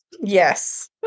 Yes